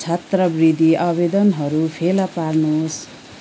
छात्रवृत्ति आवेदनहरू फेला पार्नुहोस्